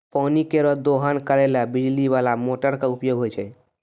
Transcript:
पानी केरो दोहन करै ल बिजली बाला मोटर क उपयोग होय छै